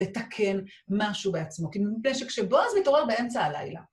לתקן משהו בעצמו. כי מפני שכשבועז מתעורר באמצע הלילה.